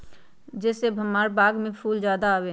जे से हमार बाग में फुल ज्यादा आवे?